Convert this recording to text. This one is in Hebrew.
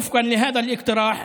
לפי הצעת החוק,